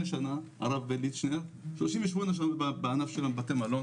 הרב לישנר עובד 38 שנה בענף של בתי המלון